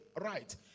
right